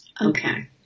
Okay